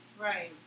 Right